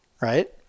right